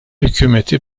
hükümeti